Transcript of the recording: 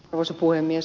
arvoisa puhemies